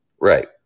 Right